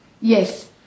Yes